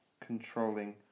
controlling